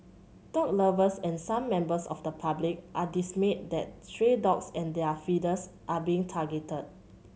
dog lovers and some members of the public are dismayed that stray dogs and their feeders are being targeted